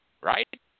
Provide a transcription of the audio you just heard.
right